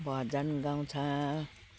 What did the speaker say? भजन गाउँछ